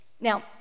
Now